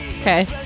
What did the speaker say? Okay